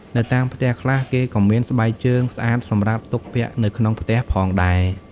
នៅតាមផ្ទះខ្លះ គេក៏មានស្បែកជើងស្អាតសម្រាប់ទុកពាក់នៅក្នុងផ្ទះផងដែរ។